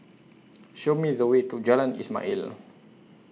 Show Me The Way to Jalan Ismail